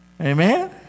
Amen